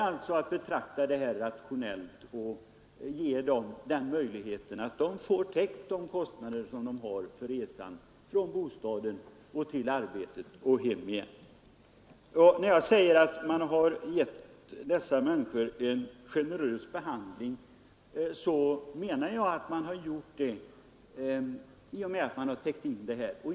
Man betraktar alltså saken på ett rationellt sätt. Detta menar jag vara en generös behandling.